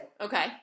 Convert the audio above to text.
Okay